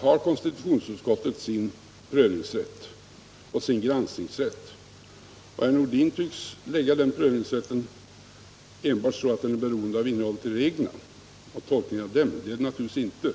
har konstitutionsutskottet sin prövningsrätt och sin granskningsrätt. Herr Nordin tycks vilja göra den prövningsrätten beroende enbart av innehållet i reglerna och tolkningen av dem, men så är det naturligtvis inte.